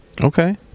Okay